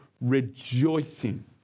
rejoicing